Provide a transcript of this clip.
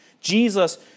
Jesus